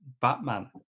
Batman